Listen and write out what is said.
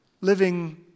living